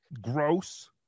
gross